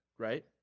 right